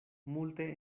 multe